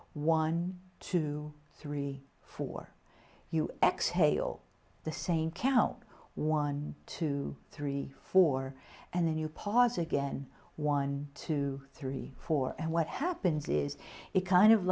one two three four you exhale the same count one two three four and then you pause again one two three four and what happens is it kind of